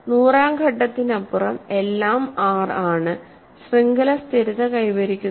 നൂറാം ഘട്ടത്തിനപ്പുറം എല്ലാം R ആണ് ശൃംഖല സ്ഥിരത കൈവരിക്കുന്നു